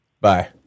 Bye